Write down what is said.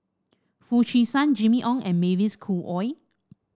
Foo Chee San Jimmy Ong and Mavis Khoo Oei